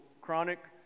chronic